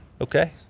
Okay